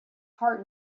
heart